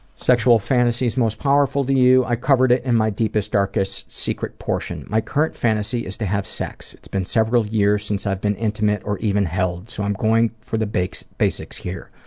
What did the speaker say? sexual fantasies most powerful to you? i covered it in my deepest, darkest secret portion. my current fantasy is to have sex. it's been several years since i've been intimate or even held, so i'm going for the basics basics here,